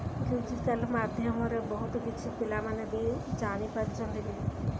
digital ମାଧ୍ୟମରେ ବହୁତ କିଛି ପିଲାମାନେ ବି ଜାଣିପାରୁଛନ୍ତି